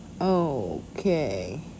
Okay